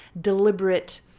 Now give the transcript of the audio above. deliberate